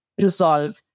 resolve